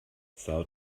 são